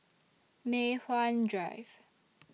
Mei Hwan Drive